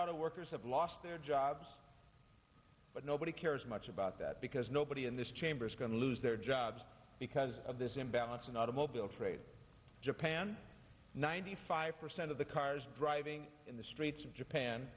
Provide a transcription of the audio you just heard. auto workers have lost their jobs but nobody cares much about that because nobody in this chamber is going to lose their jobs because of this imbalance in automobile trade japan ninety five percent of the cars driving in the streets of japan